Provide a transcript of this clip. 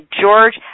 George